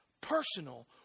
personal